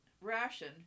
ration